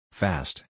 fast